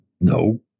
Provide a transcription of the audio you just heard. no